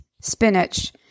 spinach